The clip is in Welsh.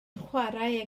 chwarae